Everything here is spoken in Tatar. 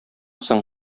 соң